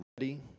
ready